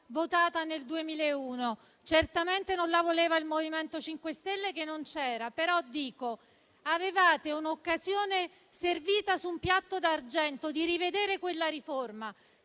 votata nel 2001. Certamente non la voleva il MoVimento 5 Stelle, che non c'era, però dico: vi è stata servita su un piatto d'argento l'occasione di rivedere quella riforma,